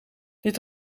dit